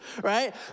right